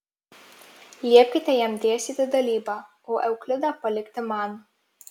liepkite jam dėstyti dalybą o euklidą palikti man